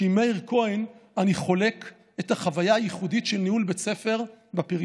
שעם מאיר כהן אני חולק את החוויה הייחודית של ניהול בית ספר בפריפריה,